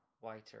whiter